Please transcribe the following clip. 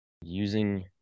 using